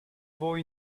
boy